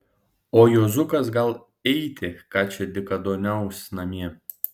o juozukas gal eiti ką čia dykaduoniaus namie